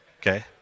okay